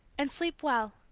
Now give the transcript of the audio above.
and sleep well,